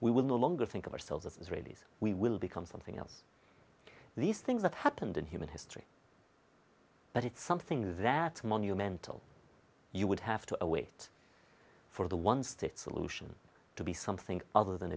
will no longer think of ourselves as israelis we will become something else these things that happened in human history but it's something that monumental you would have to wait for the one state solution to be something other than